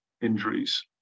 injuries